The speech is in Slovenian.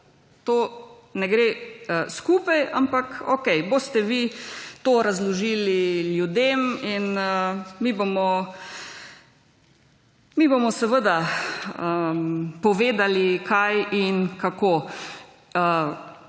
To ne gre skupaj. Ampak okej, boste vi to razložili ljudem in mi bomo, mi bomo seveda povedali, kaj in kako.